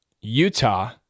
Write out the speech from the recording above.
Utah